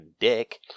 dick